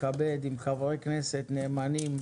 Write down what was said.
מכבד עם חברי כנסת נאמנים,